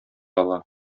ала